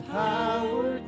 power